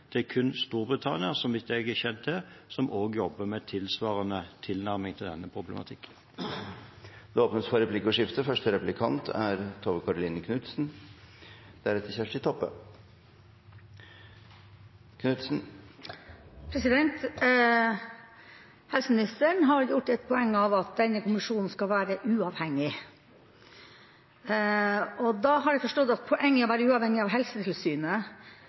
Det er kun Storbritannia, så vidt jeg kjenner til, som jobber med en tilsvarende tilnærming til denne problematikken. Det blir replikkordskifte. Helse- og omsorgsministeren har gjort et poeng av at denne funksjonen skal være uavhengig, og da har jeg forstått at poenget er å være uavhengig av Helsetilsynet.